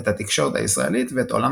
את התקשורת הישראלית ואת עולם הבידור הישראלי,